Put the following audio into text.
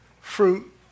fruit